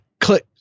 Click